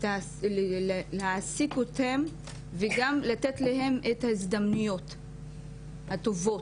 להעסיק אותן וגם לתת להן את ההזדמנויות הטובות,